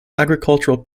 agricultural